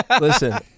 listen